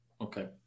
Okay